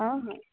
ହଁ ହଁ